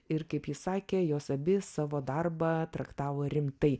ir kaip ji sakė jos abi savo darbą traktavo rimtai